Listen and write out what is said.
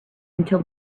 until